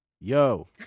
yo